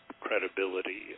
Credibility